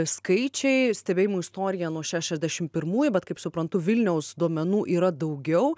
skaičiai stebėjimų istorija nuo šešiasdešim pirmųjų bet kaip suprantu vilniaus duomenų yra daugiau